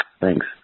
Thanks